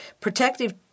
protective